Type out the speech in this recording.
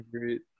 great